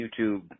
YouTube